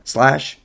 Slash